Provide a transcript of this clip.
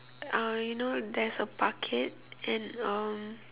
uh you know there's a bucket and um